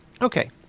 Okay